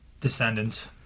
Descendants